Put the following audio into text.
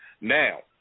Now